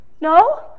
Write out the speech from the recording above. No